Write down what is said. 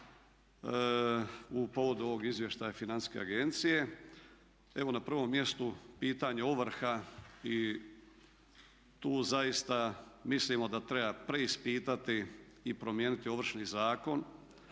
u povodu ovog izvještaja Financijske agencije. Evo na prvom mjestu pitanje ovrha i tu zaista mislimo da treba preispitati i promijeniti Ovršni zakon.